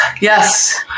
yes